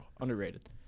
Underrated